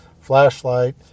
flashlight